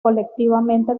colectivamente